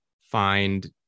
find